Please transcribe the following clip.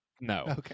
No